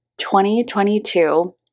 2022